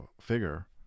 figure